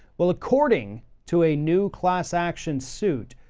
well according to a new class action suit,